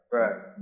right